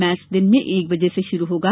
match दिन में एक बजे से शुरू होगा